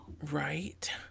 Right